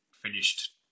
Finished